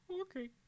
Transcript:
Okay